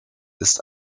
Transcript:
ist